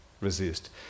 resist